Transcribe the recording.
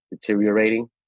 deteriorating